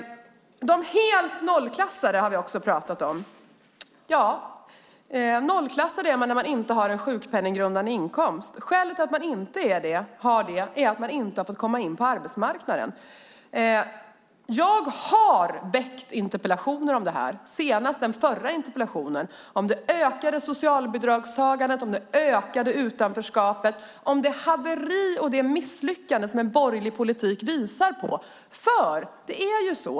De helt nollklassade har vi också talat om. Nollklassad är man om man inte har en sjukpenninggrundande inkomst. Skälet till att man inte har det är att man inte har fått komma in på arbetsmarknaden. Jag har ställt interpellationer, till exempel föregående interpellation, om det ökade socialbidragstagandet, om det ökade utanförskapet, om det haveri och det misslyckande som den borgerliga politiken uppvisar.